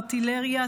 ארטילריה,